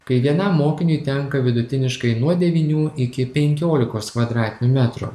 kai vienam mokiniui tenka vidutiniškai nuo devynių iki penkiolikos kvadratinių metrų